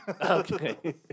Okay